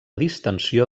distensió